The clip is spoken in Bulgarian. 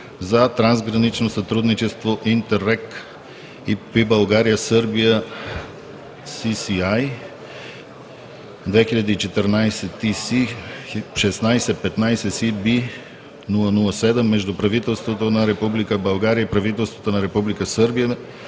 трансгранично сътрудничество ИНТЕРРЕГ – ИПП България – Сърбия ССI 2014ТС16I5СВ007 между правителството на Република България и правителството на Република Сърбия.